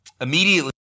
Immediately